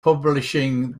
publishing